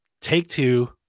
Take-Two